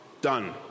done